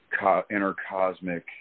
intercosmic